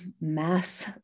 mass